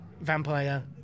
vampire